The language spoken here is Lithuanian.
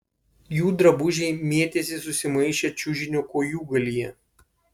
jų drabužiai mėtėsi susimaišę čiužinio kojūgalyje